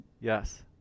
yes